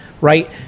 right